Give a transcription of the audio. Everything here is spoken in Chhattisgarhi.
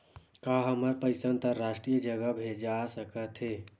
का हमर पईसा अंतरराष्ट्रीय जगह भेजा सकत हे?